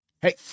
Hey